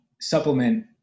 supplement